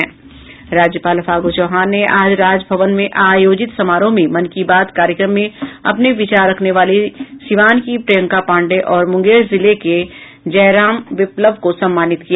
राज्यपाल फागू चौहान ने आज राजभवन में आयोजित समारोह में मन की बात कार्यक्रम में अपने विचार रखने वाली सिवान की प्रियंका पांडेय और मुंगेर जिले के जयराम विप्लव को सम्मानित किया